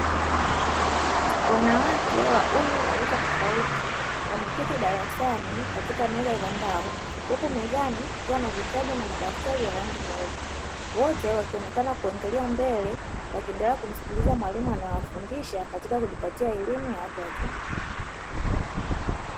Wanawake wa umri na rika tofauti wameketi darasani katika meza za mbao huku mezani kukiwa na vitabu madaftari ya rangi nyeupe. Wote wakionekana kuangalia mbele wakiendelea kumsikiliza mwalimu anayewafundisha katika kujipatia elimu ya watu wazima.